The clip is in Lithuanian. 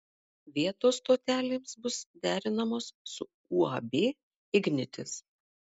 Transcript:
vietos stotelėms bus derinamos su uab ignitis